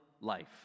life